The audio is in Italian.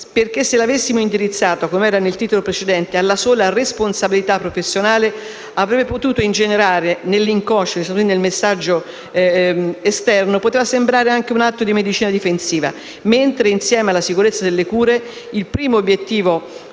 perché, se l'avessimo indirizzato, com'era nel titolo precedente, alla sola responsabilità professionale, sarebbe potuto apparire, nell'inconscio e nel messaggio esterno, anche come un atto di medicina difensiva. Mentre, insieme alla sicurezza delle cure, il primo obiettivo